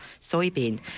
soybean